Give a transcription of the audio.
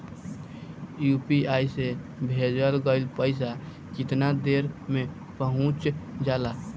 UPI से भेजल गईल पईसा कितना देर में पहुंच जाला?